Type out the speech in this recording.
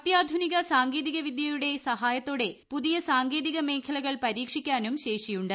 അത്യാധുനിക സാങ്കേതിക വിദ്യയുടെ സഹോയത്തോടെ പുതിയ സാങ്കേതിക മേഖലകൾ പരീക്ഷിക്കാനും ശേഷിയുണ്ട്